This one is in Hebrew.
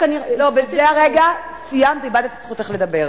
רק אני, לא, בזה הרגע סיימת ואיבדת את זכותך לדבר.